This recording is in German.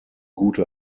gute